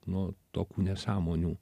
nu tokių nesąmonių